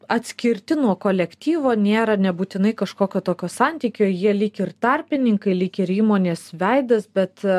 atskirti nuo kolektyvo nėra nebūtinai kažkokio tokio santykio jie lyg ir tarpininkai lyg ir įmonės veidas bet